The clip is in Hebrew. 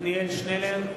(קורא בשמות חברי הכנסת) עתניאל שנלר,